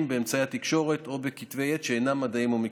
באמצעי התקשורת או בכתבי עת שאינם מדעיים או מקצועיים.